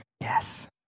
Yes